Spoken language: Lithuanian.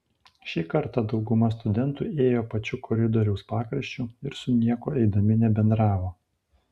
šį kartą dauguma studentų ėjo pačiu koridoriaus pakraščiu ir su niekuo eidami nebendravo